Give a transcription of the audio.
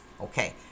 Okay